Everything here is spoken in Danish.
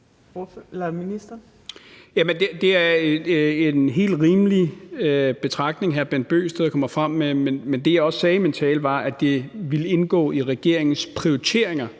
det er en helt rimelig betragtning, hr. Bent Bøgsted kommer med. Men det, jeg sagde i min tale, var, at det vil indgå i regeringens prioriteringer